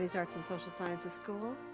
yeah arts, and social sciences school.